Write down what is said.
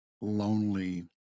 lonely